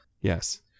Yes